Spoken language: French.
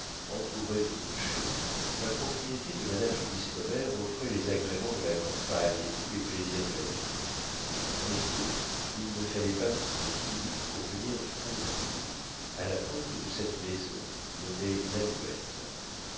entourée de rochers la propriété de madame de listomère offrait les agréments de la campagne et tous les plaisirs de la ville en effet il ne fallait pas plus de dix minutes pour venir du pont de tours à la porte de cette maison nommée l'alouette